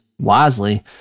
wisely